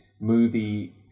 movie